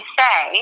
say